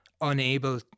unable